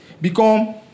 become